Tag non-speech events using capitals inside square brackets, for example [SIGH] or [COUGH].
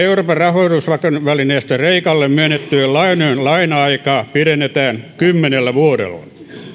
[UNINTELLIGIBLE] euroopan rahoitusvakausvälineestä kreikalle myönnettyjen lainojen laina aikaa pidennetään kymmenellä vuodella